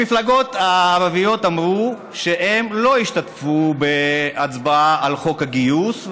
המפלגות הערביות אמרו שהן לא ישתתפו בהצבעה על חוק הגיוס,